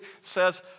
says